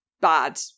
bad